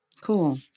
Cool